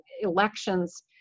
elections